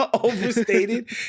overstated